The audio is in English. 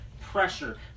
pressure